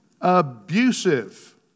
Abusive